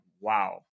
wow